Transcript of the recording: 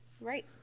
Right